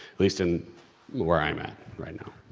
least and where i'm at right now.